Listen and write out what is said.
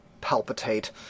palpitate